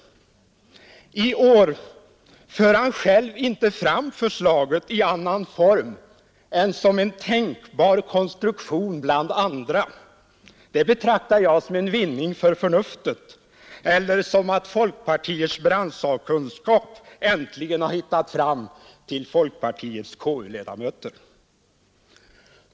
I år för han själv inte fram förslaget i annan form än som en tänkbar konstruktion bland andra, Det betraktar jag som en vinning för förnuftet eller som ett uttryck för att folkpartiets branschsakkunskap äntligen har hittat fram till dess KU-ledamöter.